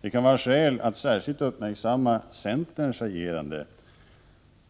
Det kan vara skäl att särskilt uppmärksamma centerns agerande.